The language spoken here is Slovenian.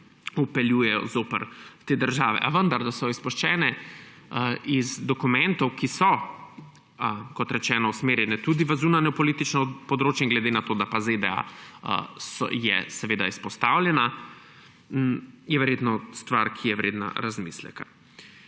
vpeljujejo zoper te države. A vendar je to, da so izpuščene iz dokumentov, ki so, kot rečeno, usmerjeni tudi na zunanjepolitično področje, in glede na to, da so pa ZDA izpostavljene, verjetno stvar, ki je vredna razmisleka.